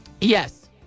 Yes